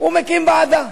והוא מקים ועדה.